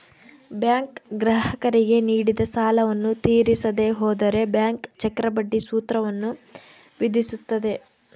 bank ಗ್ರಾಹಕರಿಗೆ ನೀಡಿದ ಸಾಲವನ್ನು ತೀರಿಸದೆ ಹೋದರೆ ಬ್ಯಾಂಕ್ ಚಕ್ರಬಡ್ಡಿ ಸೂತ್ರವನ್ನು ವಿಧಿಸುತ್ತದೆ